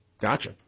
Gotcha